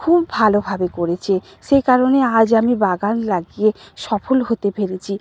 খুব ভালোভাবে করেছে সেই কারণে আজ আমি বাগান লাগিয়ে সফল হতে পেরেছি